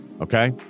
okay